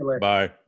Bye